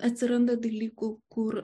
atsiranda dalykų kur